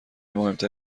مهمتر